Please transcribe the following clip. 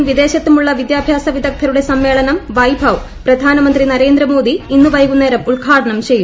ഇന്തൃയിലും വിദേശത്തുമുള്ള വിദ്യാഭ്യാസ വിദഗ്ധരുടെ സമ്മേളനം വൈഭവ് പ്രധാനമ്പ്രി ന്രേന്ദ്രമോദി ഇന്ന് വൈകുന്നേരം ഉദ്ഘാടനം പ്പെയ്യും